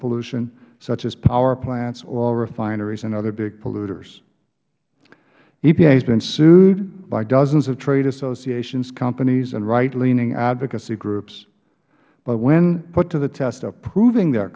pollution such as power plants oil refineries and other big polluters epa has been sued by dozens of trade associations companies and right leaning advocacy groups but when put to the test of proving their